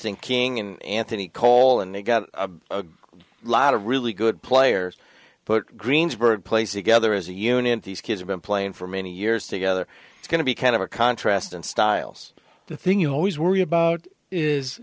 thinking in anthony cole and they got a lot of really good players put greensburg place to gather as a unit these kids have been playing for many years together it's going to be kind of a contrast in styles the thing you always worry about is